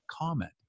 comment